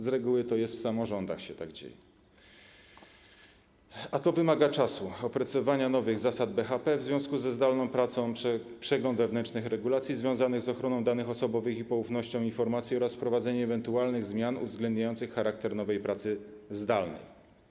Z reguły dzieje się tak w samorządach, a to wymaga czasu, opracowania nowych zasad BHP w związku ze zdalną pracą, przeglądu wewnętrznych regulacji związanych z ochroną danych osobowych i poufnością informacji oraz wprowadzenia ewentualnych zmian uwzględniających charakter nowej pracy zdalnej.